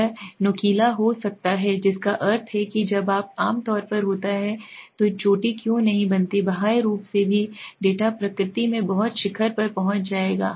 यह नुकीला हो जाता है जिसका अर्थ है कि जब यह आम तौर पर होता है तो चोटी क्यों नहीं बनती है बाह्य रूप से भी डेटा प्रकृति में बहुत शिखर पर पहुंच जाएगा